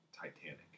Titanic